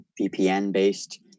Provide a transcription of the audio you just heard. VPN-based